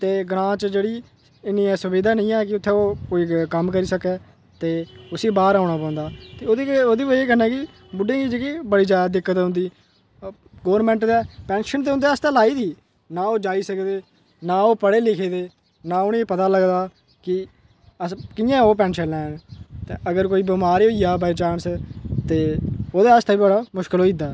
ते ग्रांऽ च जेह्ड़ी इ'न्नियां सुविधा नेईं ऐ कि जि'त्थें ओह् क'म्म करी सकै ते उसी बाह्र औना पौंदा ते ओह्दी बजह् कन्नै कि बुड्ढें ई जेह्की बड़ी जादै दिक्कत औंदी गौरमेंट दे पेंशन ते उं'दे आस्तै लाई दी ना ओह् जाई सकदे ना ओह् पढ़े लिखे दे ना उ'नें ई पता लगदा कि अस कि'यां ओह् पेंशन लैङ ते अगर कोई बमार गै होई जा बाई चांस ते ओह्दे आस्तै बी बड़ा मुश्कल होई दा